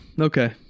okay